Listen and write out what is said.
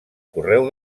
correu